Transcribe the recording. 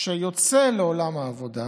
שיוצא לעולם העבודה,